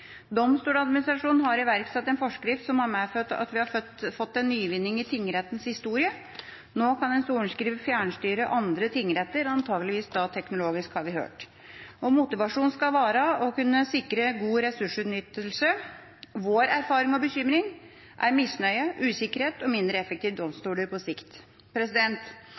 Domstoladministrasjonen har iverksatt en forskrift som har medført at vi har fått en nyvinning i tingrettens historie. Nå kan en sorenskriver fjernstyre andre tingretter – antakeligvis teknologisk, har vi hørt. Motivasjonen skal være å kunne sikre god ressursutnyttelse. Vår erfaring og bekymring er misnøye, usikkerhet og mindre effektive domstoler på sikt.